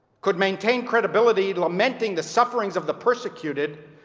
could maintain credibility lamenting the sufferings of the persecuted,